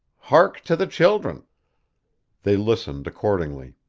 hark to the children they listened accordingly.